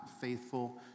faithful